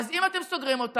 אז אם אתם סוגרים אותם,